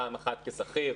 פעם אחת כשכיר,